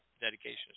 dedication